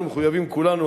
אנחנו מחויבים כולנו,